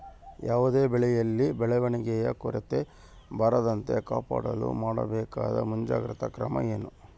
ಯಾವುದೇ ಬೆಳೆಯಲ್ಲಿ ಬೆಳವಣಿಗೆಯ ಕೊರತೆ ಬರದಂತೆ ಕಾಪಾಡಲು ಮಾಡಬೇಕಾದ ಮುಂಜಾಗ್ರತಾ ಕ್ರಮ ಏನು?